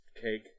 cake